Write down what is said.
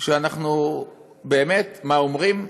כשאנחנו באמת, מה אומרים,